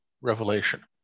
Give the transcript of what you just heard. revelation